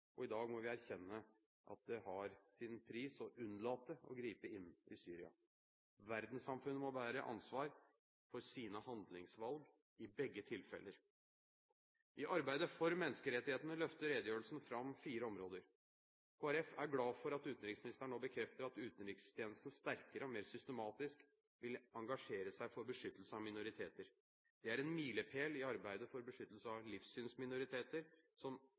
I dag må vi erkjenne at det har sin pris å unnlate å gripe inn i Syria. Verdenssamfunnet må bære ansvaret for sine handlingsvalg i begge tilfeller. I arbeidet for menneskerettighetene løfter redegjørelsen fram fire områder. Kristelig Folkeparti er glad for at utenriksministeren nå bekrefter at utenrikstjenesten sterkere og mer systematisk vil engasjere seg for beskyttelse av minoriteter. Det er en milepel at arbeidet for beskyttelse av livssynsminoriteter nå løftes fram som